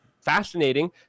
fascinating